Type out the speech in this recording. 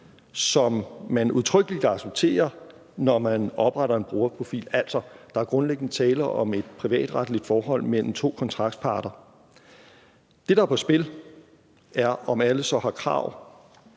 som man udtrykkeligt kan acceptere, når man opretter en brugerprofil. Altså, der er grundlæggende tale om et privatretligt forhold mellem to kontraktparter. Det, der er på spil, er, om alle så har krav